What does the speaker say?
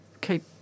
keep